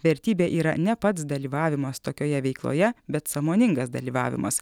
vertybė yra ne pats dalyvavimas tokioje veikloje bet sąmoningas dalyvavimas